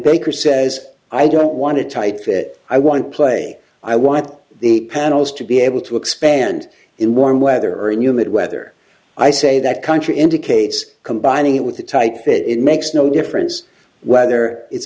baker says i don't want to type that i want play i want the panels to be able to expand in warm weather and humid weather i say that country indicates combining it with a tight fit it makes no difference whether it's